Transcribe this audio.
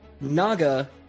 Naga